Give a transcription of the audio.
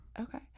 Okay